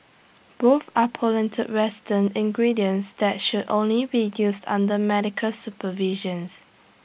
both are potent western ingredients that should only be used under medical supervisions